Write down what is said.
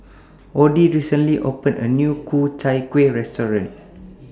Odie recently opened A New Ku Chai Kuih Restaurant